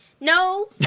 No